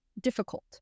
difficult